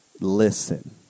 listen